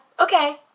okay